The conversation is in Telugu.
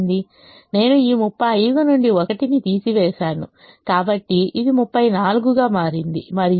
నేను ఈ 35 నుండి 1 ని తీసివేసాను కాబట్టి ఇది 34 గా మారింది మరియు డిమాండ్ 39 మాత్రమే